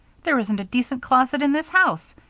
there isn't a decent closet in this house.